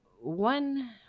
one